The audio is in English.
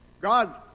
God